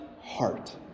heart